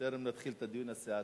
בטרם נתחיל את הדיון הסיעתי,